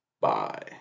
Bye